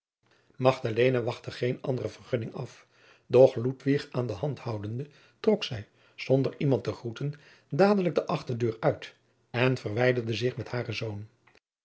geene nadere vergunning af doch ludwig aan de hand houdende trok zij zonder iemand te groeten dadelijk de achterdeur uit en verwijderde zich met haren zoon